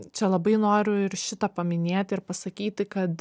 čia labai noriu ir šitą paminėti ir pasakyti kad